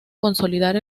consolidar